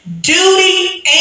duty